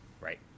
Right